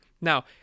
Now